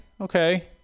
okay